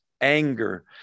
anger